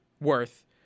worth